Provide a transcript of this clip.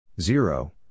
Zero